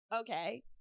okay